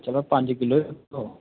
चलो पंज किलो पाई ओड़ो